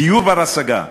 דיור בר-השגה,